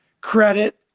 credit